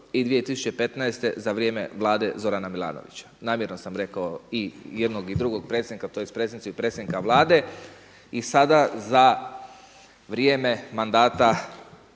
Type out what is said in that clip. i 2015. za vrijeme Vlade Zorana Milanovića. Namjerno sam rekao i jednog i drugog predsjednika, tj. predsjednice i predsjednika Vlade. I sada za vrijeme mandata